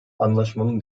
anlaşmanın